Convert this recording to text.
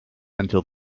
until